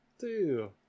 two